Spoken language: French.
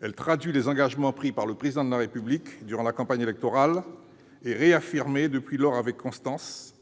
Elle traduit les engagements pris par le Président de la République durant la campagne électorale et réaffirmés depuis lors avec constance.